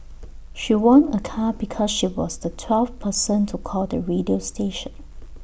she won A car because she was the twelfth person to call the radio station